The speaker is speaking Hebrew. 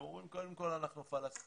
הם אומרים שקודם כל הם פלסטינים